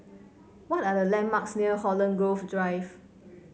what are the landmarks near Holland Grove Drive